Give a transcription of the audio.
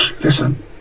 Listen